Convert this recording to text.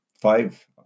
Five